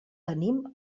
tenim